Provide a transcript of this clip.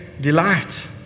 delight